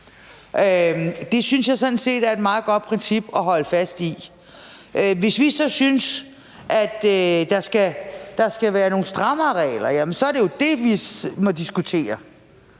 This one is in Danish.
synes jeg sådan set er et meget godt princip at holde fast i. Hvis vi så synes, at der skal være nogle strammere regler, så er det jo det, vi må diskutere